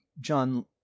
John